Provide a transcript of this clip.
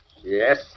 Yes